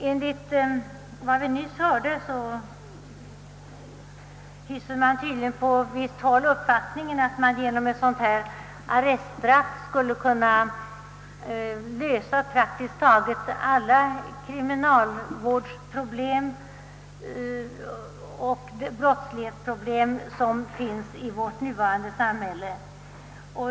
Enligt vad vi nyss hörde hyser man tydligen på visst håll uppfattningen att man genom ett sådant arreststraff skulle kunna lösa praktiskt taget alla de kriminalvårdsoch = brottslighetsproblem som finns i vårt nuvarande samhälle.